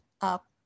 up